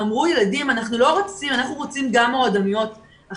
אמרו ילדים שהם רוצים מועדוניות גם